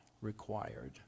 required